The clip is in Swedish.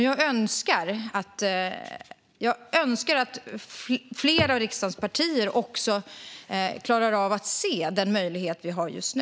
Jag önskar att fler av riksdagens partier också klarade av att se den möjlighet vi har just nu.